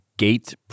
gate